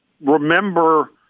remember